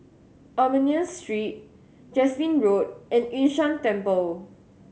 Armenian Street Jasmine Road and Yun Shan Temple